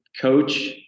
coach